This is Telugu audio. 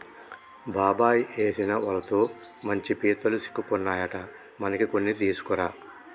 బాబాయ్ ఏసిన వలతో మంచి పీతలు సిక్కుకున్నాయట మనకి కొన్ని తీసుకురా